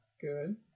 Good